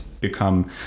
become